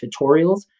tutorials